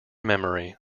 memory